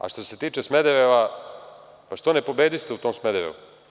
A što se tiče Smedereva, što ne pobediste u tom Smederevu?